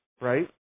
right